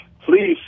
Please